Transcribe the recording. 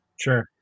Sure